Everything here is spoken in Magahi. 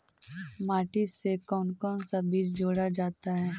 माटी से कौन कौन सा बीज जोड़ा जाता है?